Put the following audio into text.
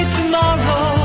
tomorrow